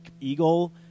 eagle